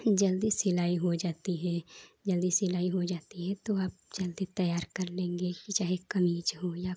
जल्दी सिलाई हो जाती है जल्दी सिलाई हो जाती है तो आप जल्दी तैयार कर लेंगे तो चाहे कमीज हो या कुर्ती हो